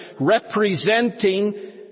representing